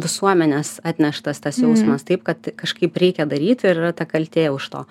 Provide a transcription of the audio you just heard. visuomenės atneštas tas jausmas taip kad kažkaip reikia daryt ir yra ta kaltė už to